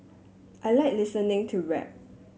I like listening to rap